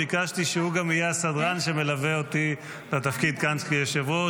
ביקשתי שהוא גם יהיה הסדרן שמלווה אותי לתפקיד כאן כיושב-ראש.